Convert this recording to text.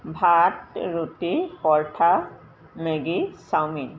ভাত ৰুটি paratha Maggi chowmein